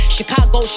Chicago